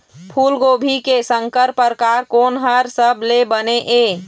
फूलगोभी के संकर परकार कोन हर सबले बने ये?